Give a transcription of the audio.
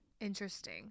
interesting